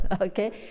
okay